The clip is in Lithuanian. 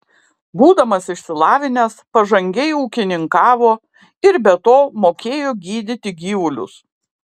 būdamas išsilavinęs pažangiai ūkininkavo ir be to mokėjo gydyti gyvulius